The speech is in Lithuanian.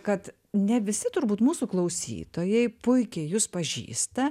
kad ne visi turbūt mūsų klausytojai puikiai jus pažįsta